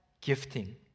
gifting